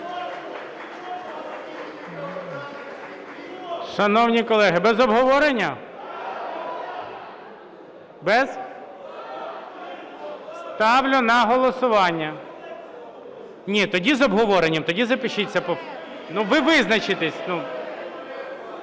Шановні колеги, без обговорення? Ставлю на голосування... (Шум в залі) Ні, тоді з обговоренням, тоді запишіться. Ну, ви визначтеся.